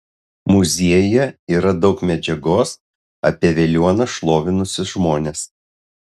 muziejuje yra daug medžiagos apie veliuoną šlovinusius žmones